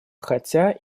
хотя